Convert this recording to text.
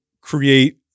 create